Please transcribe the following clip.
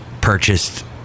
Purchased